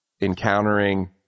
encountering